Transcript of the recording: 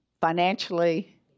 financially